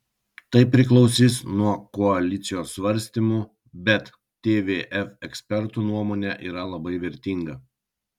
tai priklausys nuo koalicijos svarstymų bet tvf ekspertų nuomonė yra labai vertinga